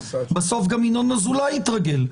בסוף גם ינון אזולאי יתרגל.